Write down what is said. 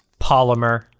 Polymer